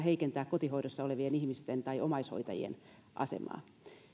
heikentää kotihoidossa olevien ihmisten tai omaishoitajien asemaa